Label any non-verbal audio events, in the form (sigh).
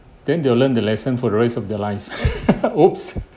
then they will learn the lesson for the rest of their life (laughs) !oops!